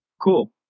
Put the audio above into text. Cool